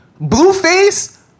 Blueface